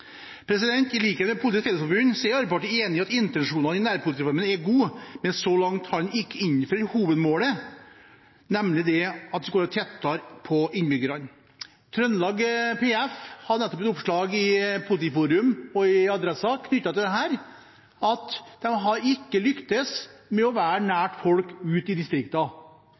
I likhet med Politiets Fellesforbund er Arbeiderpartiet enig i at intensjonene i nærpolitireformen er gode, men så langt har den ikke innfridd hovedmålet, nemlig at en skulle være tettere på innbyggerne. PF Trøndelag hadde nettopp et oppslag i Politiforum og i Adressa knyttet til dette at de ikke har lyktes med å være nær folk ute i